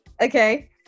okay